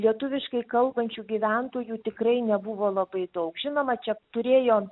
lietuviškai kalbančių gyventojų tikrai nebuvo labai daug žinoma čia turėjo